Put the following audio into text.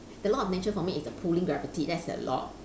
the law of nature for me is the pulling gravity that's the law